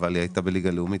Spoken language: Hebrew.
אבל היא הייתה בליגה לאומית.